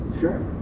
Sure